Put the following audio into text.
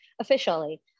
officially